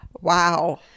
wow